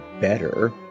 better